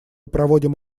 проводим